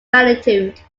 magnitude